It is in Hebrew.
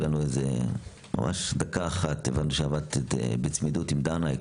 לנו - ממש בדקה - כיוון שעבדת בצמידות עם דנה,